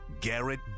Garrett